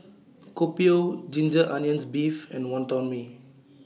Kopi O Ginger Onions Beef and Wonton Mee